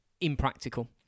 impractical